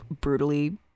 brutally